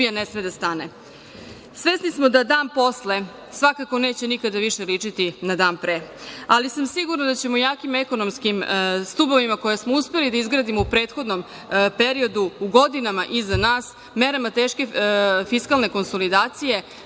da Srbija ne sme da stane. Svesni smo da dan posle svakako neće nikada više ličiti na dan pre, ali sam sigurna da ćemo jakim ekonomskim stubovima koje smo uspeli da izgradimo u prethodnom periodu, u godinama iza nas, merama teške fiskalne konsolidacije,